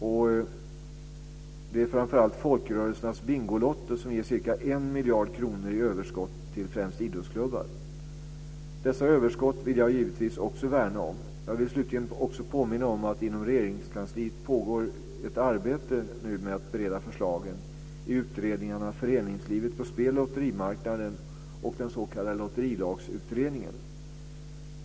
Framför allt ger folkrörelsernas Bingolotto ca 1 miljard kronor i överskott till främst idrottsklubbar. Dessa överskott vill jag givetvis också värna om. Jag vill slutligen också påminna om att det inom Regeringskansliet nu pågår ett arbete med att bereda förslagen i utredningarna Föreningslivet på spel och lotterimarknaden och den s.k. Lotterilagsutredningen .